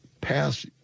pass